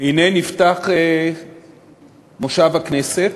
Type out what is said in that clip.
הנה נפתח מושב הכנסת,